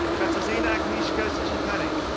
katarzyna agnieszka szczepanik.